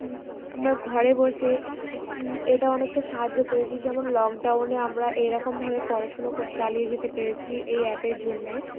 আমরা ঘরে বসে এটা অনেকটা সাহায্য পেয়েছি যেমন লকডাউনে আমরা এরকমভাবে পড়াশুনো চালিয়ে যেতে পেরেছি এই অ্যাপের জন্যে